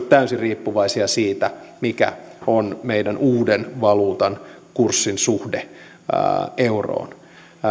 täysin riippuvaisia siitä mikä on meidän uuden valuuttamme kurssin suhde euroon